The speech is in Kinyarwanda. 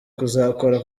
kuzakora